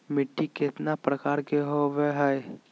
मिट्टी केतना प्रकार के होबो हाय?